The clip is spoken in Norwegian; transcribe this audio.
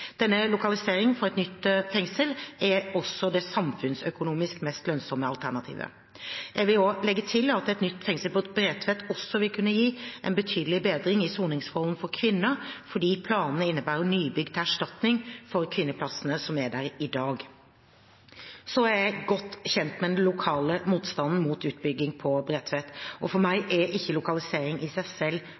Denne lokaliseringen for et nytt Oslo fengsel er det samfunnsøkonomisk mest lønnsomme alternativet. Jeg vil legge til at et nytt fengsel på Bredtvet også vil kunne gi en betydelig bedring i soningsforholdene for kvinner, fordi planene innebærer nybygg til erstatning for kvinneplassene som er der i dag. Jeg er godt kjent med den lokale motstanden mot utbygging på Bredtvet. For meg er ikke lokaliseringen i seg selv